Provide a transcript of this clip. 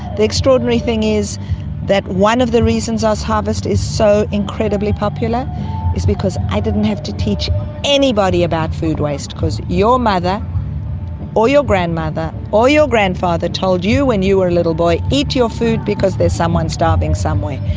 the extraordinary thing is that one of the reasons ozharvest is so incredibly popular is because i didn't have to teach anybody about food waste because your mother or your grandmother or your grandfather told you when you were a little boy, eat your food because there's someone starving somewhere.